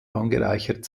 angereichert